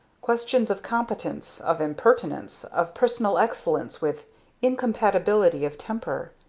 questions of competence, of impertinence, of personal excellence with incompatibility of temper.